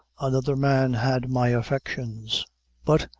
another man had my affections but,